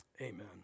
Amen